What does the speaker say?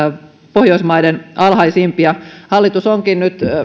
pohjoismaiden alhaisimpia hallitus onkin nyt